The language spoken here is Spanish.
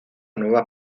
nueva